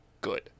good